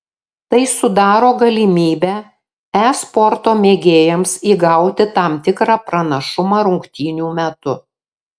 tai sudaro galimybę e sporto mėgėjams įgauti tam tikrą pranašumą rungtynių metu